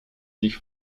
sich